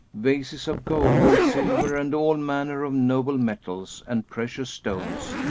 vases of gold and silver and all manner of noble metals and precious stones,